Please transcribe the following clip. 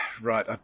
Right